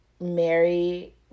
Mary